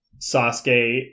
Sasuke